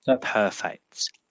perfect